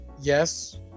Yes